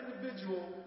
individual